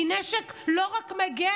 כי נשק לא רק מגן,